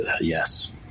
Yes